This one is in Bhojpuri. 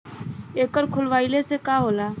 एकर खोलवाइले से का होला?